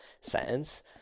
sentence